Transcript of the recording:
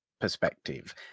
perspective